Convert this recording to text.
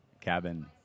Cabin